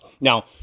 Now